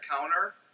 counter